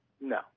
No